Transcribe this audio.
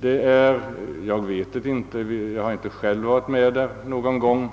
Jag har själv inte deitagit i några sådana uppvaktningar,